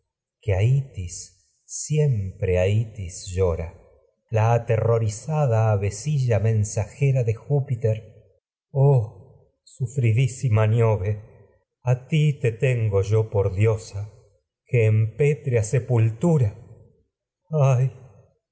que a itis siempre de a itis llora la aterrorizada avecilla mensajera oh sufridísima níobe ay a jiipiter ti te tengo yo por diosa que en pétrea sepultura